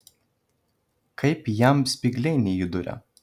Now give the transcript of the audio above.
kaip jam spygliai neįduria